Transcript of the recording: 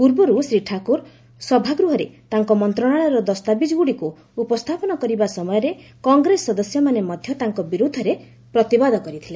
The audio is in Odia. ପୂର୍ବରୁ ଶ୍ରୀ ଠାକୁର ସଭାଗୃହରେ ତାଙ୍କ ମନ୍ତ୍ରଣାଳୟର ଦସ୍ତାବିଜ୍ ଗ୍ରଡ଼ିକ୍ ଉପସ୍ଥାପନ କରିବା ସମୟରେ କଂଗ୍ରେସ ସଦସ୍ୟମାନେ ମଧ୍ୟ ତାଙ୍କ ବିର୍ବଦ୍ଧରେ ପ୍ରତିବାଦ କରିଥିଲେ